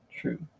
true